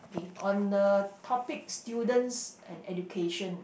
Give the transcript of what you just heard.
okay on the topic students and education